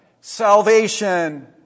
salvation